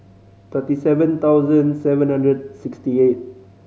thirty seven thousand seven hundred sixty eight